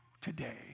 today